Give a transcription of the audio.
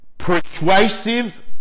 persuasive